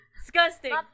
disgusting